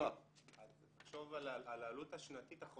על העלות השנתית.